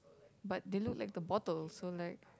but they look like the bottle so like